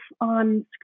on